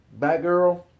Batgirl